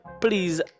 please